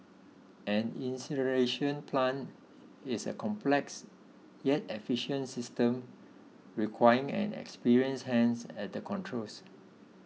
an incineration plant is a complex yet efficient system requiring an experienced hands at the controls